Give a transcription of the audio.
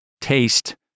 taste